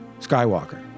Skywalker